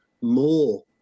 more